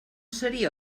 seria